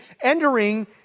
entering